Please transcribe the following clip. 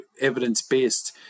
evidence-based